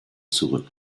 zurück